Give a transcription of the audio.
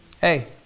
Hey